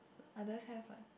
others have what